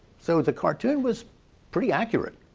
so the cartoon was pretty accurate.